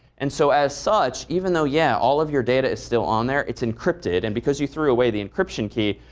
and so, as such, even though, yeah, all of your data is still on there, it's encrypted. and because you threw away the encryption key,